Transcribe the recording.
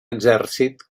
exèrcit